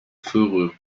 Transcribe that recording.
fourrure